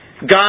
God